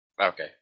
Okay